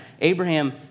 Abraham